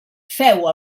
feu